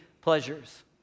pleasures